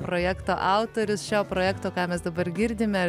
projekto autorius šio projekto ką mes dabar girdime